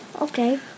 okay